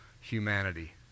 humanity